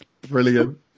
Brilliant